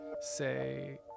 say